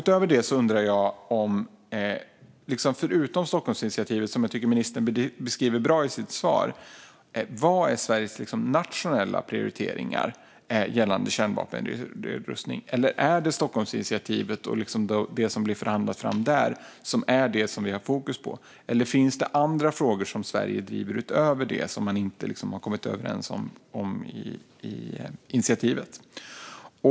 Utöver Stockholmsinitiativet, som utrikesministern beskriver bra i sitt svar, undrar jag vad som är Sveriges nationella prioriteringar gällande kärnvapennedrustning. Är det Stockholmsinitiativet och det som förhandlas fram där som vi har fokus på? Eller finns det andra frågor som Sverige driver utöver det och som man inte har kommit överens om i initiativet?